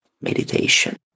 meditation